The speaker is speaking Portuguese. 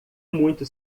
muito